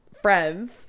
friends